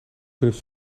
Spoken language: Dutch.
kunnen